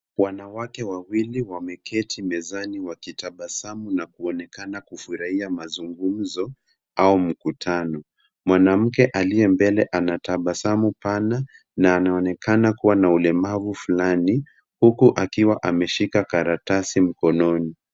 Wanawake wawili wameketi mezani wakitabasamu na kuonekana kufurahia mazungumzo. Mwanamke aliye mbele ana tabasamu pana na anaonekana akiwa na ulemavu fulani huku akiwa ameshika karatasi mkononi.